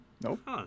Nope